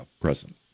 present